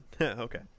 Okay